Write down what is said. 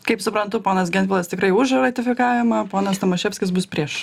kaip suprantu ponas gentvilas tikrai už ratifikavimą ponas tomaševskis bus prieš